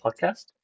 Podcast